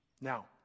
Now